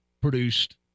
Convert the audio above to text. produced